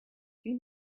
you